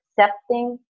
Accepting